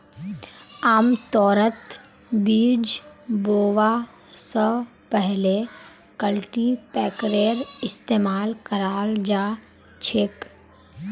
आमतौरत बीज बोवा स पहले कल्टीपैकरेर इस्तमाल कराल जा छेक